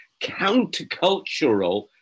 countercultural